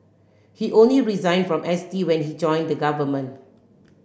he only resigned from S T when he joined the government